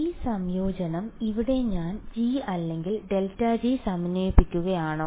ഈ സംയോജനം ഇവിടെ ഞാൻ g അല്ലെങ്കിൽ ∇g സമന്വയിപ്പിക്കുകയാണോ